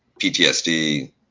PTSD